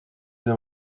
une